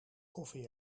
koffie